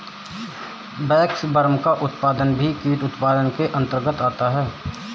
waxworm का उत्पादन भी कीट उत्पादन के अंतर्गत आता है